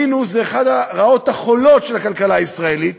המינוס זה אחת הרעות החולות של הכלכלה הישראלית,